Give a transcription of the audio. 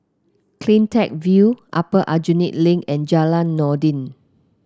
CleanTech View Upper Aljunied Link and Jalan Noordin